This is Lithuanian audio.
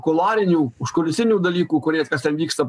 kularinių užkulisinių dalykų kurie kas ten vyksta